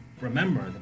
remember